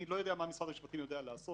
אני לא יודע מה משרד המשפטים יודע לעשות,